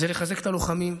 לחזק את הלוחמים,